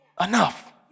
enough